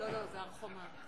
להר-חומה.